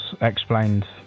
explained